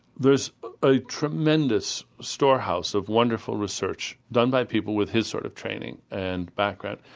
there's a tremendous storehouse of wonderful research done by people with his sort of training and background.